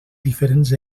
diferents